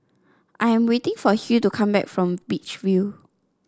I am waiting for Hill to come back from Beach View